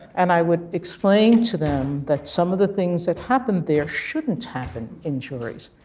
and i would explain to them that some of the things that happened there shouldn't happen in juries.